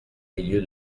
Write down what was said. milieu